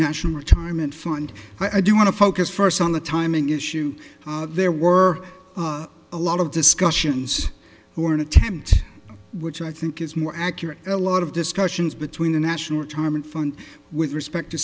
national retirement fund i do want to focus first on the timing issue there were a lot of discussions who are an attempt which i think is more accurate a lot of discussions between the national retirement fund with respect to